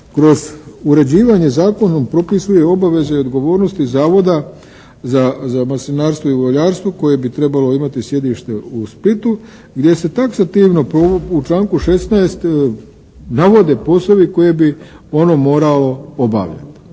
kroz uređivanje zakonom propisuje obaveze i odgovornosti Zavoda za maslinarstvo i uljarstvo koje bi trebalo imati sjedište u Splitu, gdje se taksativno u članku 16. navode poslovi koje bi ono moralo obavljati.